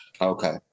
Okay